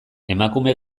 emakume